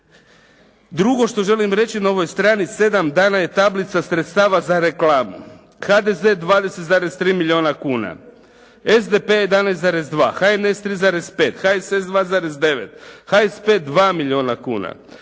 Drugo što želim reći na ovoj strani sedam dana je tablica sredstava za reklamu, HDZ 20,3 milijuna kuna, SDP 11,2, HNS 3,5, HSS 2,9, HSP 2 milijuna kuna,